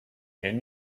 can